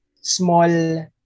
small